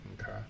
okay